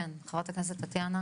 כן, חברת הכנסת טטיאנה